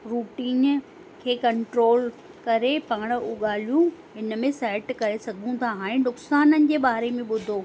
routine खे control करे पाण उओ ॻाल्हियूं हिन में सैट करे सघूं था हाणे नुकसाननि जे बारे में ॿुधो